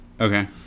Okay